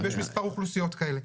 יש מספר אוכלוסיות כאלה.